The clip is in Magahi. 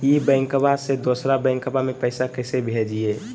ई बैंकबा से दोसर बैंकबा में पैसा कैसे भेजिए?